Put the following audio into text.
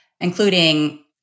including